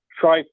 try